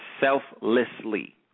selflessly